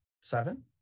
Seven